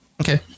Okay